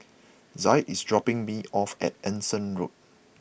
Zaid is dropping me off at Anson Road